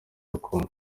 rukoma